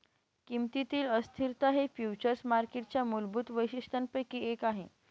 किमतीतील अस्थिरता हे फ्युचर्स मार्केटच्या मूलभूत वैशिष्ट्यांपैकी एक आहे